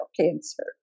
cancer